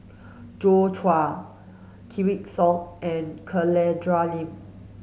Joi Chua Wykidd Song and Catherine Lim